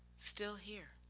still here,